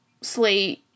slate